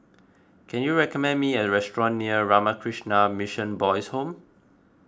can you recommend me a restaurant near Ramakrishna Mission Boys' Home